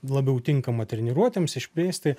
labiau tinkamą treniruotėms išplėsti